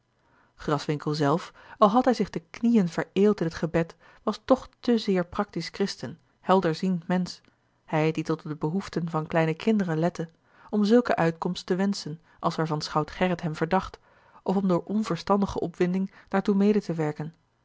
graswinckel zelf al had hij zich de knieën vereelt in t gebed was toch te zeer practisch christen helderziend mensch hij die tot op de behoeften van kleine kinderen lette om zulke uitkomst te wenschen als waarvan schout gerrit hem verdacht of om door onverstandige opwinding daartoe mede te werken